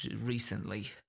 recently